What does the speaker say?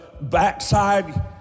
backside